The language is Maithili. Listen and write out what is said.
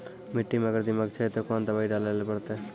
मिट्टी मे अगर दीमक छै ते कोंन दवाई डाले ले परतय?